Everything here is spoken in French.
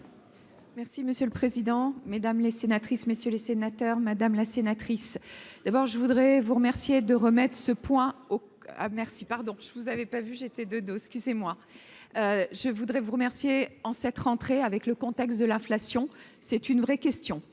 Merci monsieur le président, Mesdames les sénatrices, messieurs les sénateurs, madame la sénatrice d'abord je voudrais vous remercier de remettre ce point ah, merci, pardon, vous avez pas vu, j'étais de dos, ce qui s'est moi je voudrais vous remercier en cette rentrée avec le contexte de l'inflation, c'est une vraie question